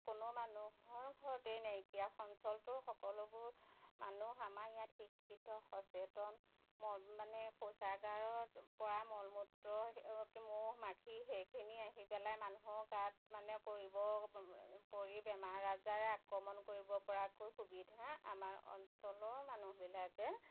কোনো মানুহৰ ঘৰতেই নাইকিয়া অঞ্চলটোৰ সকলোবোৰ মানুহ আমাৰ ইয়াত শিক্ষিত সচেতন মল মানে শৌচাগাৰৰ পৰা মল মূত্ৰ মহ মাখি সেইখিনি আহি পেলাই মানুহৰ গাত মানে পৰিব পৰি বেমাৰ আজাৰে আক্ৰমণ কৰিব পৰাকৈ সুবিধা আমাৰ অঞ্চলৰ মানুহবিলাকে